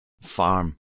Farm